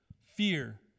fear